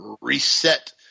reset